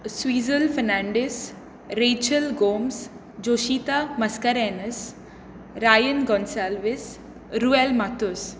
Swizel Fernandes Rachel Gomes Joshita Mascarenhas Ryan Gonsalves Ruel Mattos